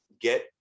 get